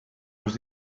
los